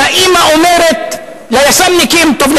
והאמא אומרת ליס"מניקים: טוב,